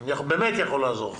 אני באמת יכול לעזור לך.